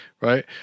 right